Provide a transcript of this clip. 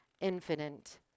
infinite